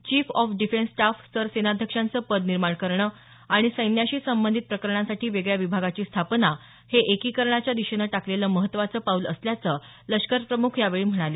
chief of defence staff सर सेनाध्यक्षांचं पद निर्माण करणं आणि सैन्याशी संबंधित प्रकरणांसाठी वेगळ्या विभागाची स्थापना हे एकीकरणाच्या दिशेनं टाकलेलं महत्त्वाचं पाऊल असल्याचं लष्कर प्रमुख यावेळी म्हणाले